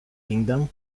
kingdom